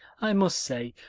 i must say,